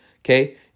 okay